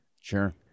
Sure